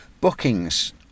Bookings